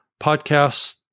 podcast